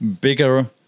bigger